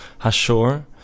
Hashor